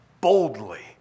boldly